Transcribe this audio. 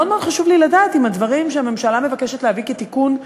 מאוד מאוד חשוב לי לדעת אם הדברים שהממשלה מבקשת להביא כתיקון,